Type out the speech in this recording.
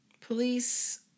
Police